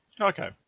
Okay